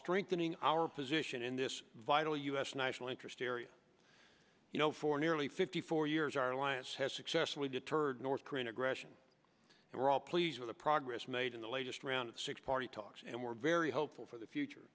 strengthening our position in this vital u s national interest area you know for nearly fifty four years our alliance has successfully deterred north korean aggression and we're all pleased with the progress made in the latest round of six party talks and we're very hopeful for the future